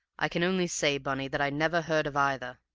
i can only say, bunny, that i never heard of either.